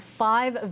five